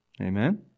Amen